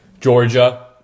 Georgia